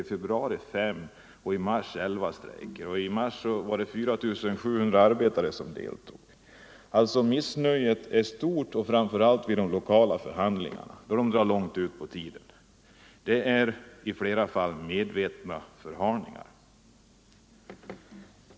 I februari fem och i mars elva, där 4 700 arbetare deltog. Missnöjet är stort framför allt när de lokala förhandlingarna drar ut på tiden. Det är i flera fall medvetna förhalningar.